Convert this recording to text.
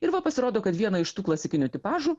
ir va pasirodo kad vieną iš tų klasikinių tipažų